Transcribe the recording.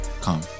come